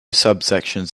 subsections